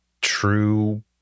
true